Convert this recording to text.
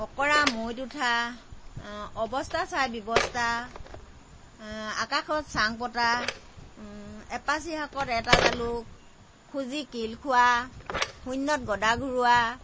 অঁকৰা মৈত উঠা অৱস্থা চাই ব্যৱস্থা আকাশত চাং পতা এপাচি শাকত এটা জালুক খুজি কিল খোৱা শূন্যত গদা ঘুৰোৱা